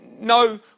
no